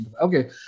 Okay